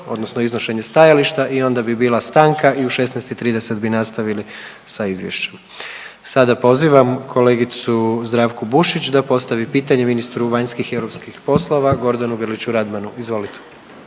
odnosno iznošenje stajališta i onda bi bila stanka i u 16,30 bi nastavili sa izvješćem. Sada pozivam kolegicu Zdravku Bušić da postavi pitanje ministru vanjskih i europskih poslova Gordanu Grliću Radmanu. Izvolite.